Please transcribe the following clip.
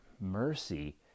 mercy